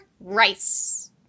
Rice